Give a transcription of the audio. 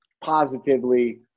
positively